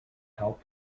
help